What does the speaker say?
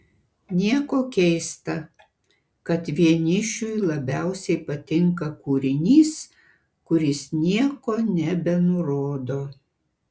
nieko keista kad vienišiui labiausiai patinka kūrinys kuris nieko nebenurodo